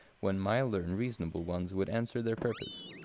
when milder and reasonable ones would answer their purpose.